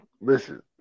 listen